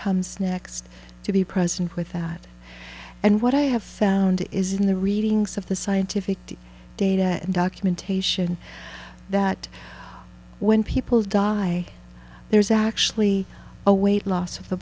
comes next to be present with that and what i have found is in the readings of the scientific data and documentation that when people die there's actually a weight loss of the